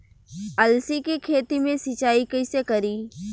अलसी के खेती मे सिचाई कइसे करी?